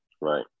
Right